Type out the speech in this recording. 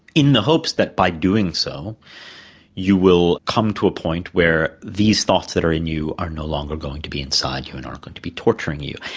in the hopes that by doing so you will come to a point where these thoughts that are in you are no longer going to be inside you and aren't going to be torturing you.